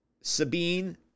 Sabine